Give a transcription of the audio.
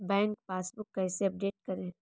Bank passbook कैसे update करें?